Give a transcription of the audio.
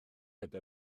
efo